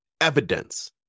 Evidence